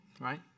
Right